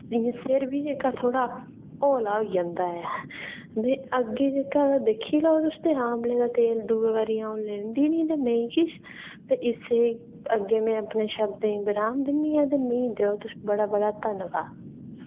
जि'यां सिर बी जेह्का थोह्ड़ा हौला होई जंदा ऐ ते अग्गें जेह्का ते दिक्खी लाओ तुस ते आमले दा तेल दुई बारी अ'ऊं लैंदी निं ते नेईं किश ते इस्सै अग्गे में अपने शब्दें ई विराम दिन्नी आं ते मी देओ तुस बड़ा बड़ा धन्नवाद